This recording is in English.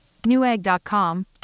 Newegg.com